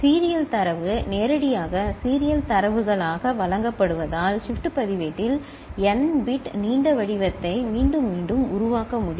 serial தரவு நேரடியாக serial தரவுகளாக வழங்கப்படுவதால் ஷிப்ட் பதிவேட்டில் n பிட் நீண்ட வடிவத்தை மீண்டும் மீண்டும் உருவாக்க முடியும்